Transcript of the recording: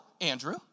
Andrew